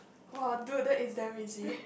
!wow! dude that is damn easy